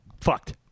Fucked